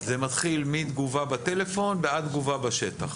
זה מתחיל מתגובה בטלפון ועד תגובה בשטח.